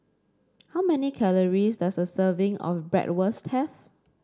how many calories does a serving of Bratwurst have